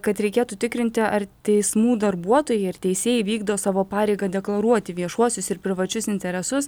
kad reikėtų tikrinti ar teismų darbuotojai ir teisėjai vykdo savo pareigą deklaruoti viešuosius ir privačius interesus